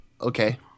okay